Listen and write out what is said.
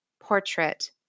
portrait